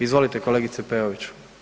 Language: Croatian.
Izvolite, kolegice Peović.